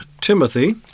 Timothy